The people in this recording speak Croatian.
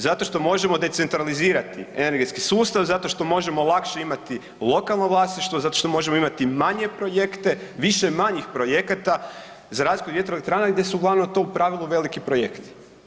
Zato što možemo decentralizirati energetski sustav, zato što možemo lakše imati lokalno vlasništvo, zato što možemo imati manje projekte, više manjih projekata za razliku od vjetroelektrana gdje su uglavnom tu u pravilu veliki projekti.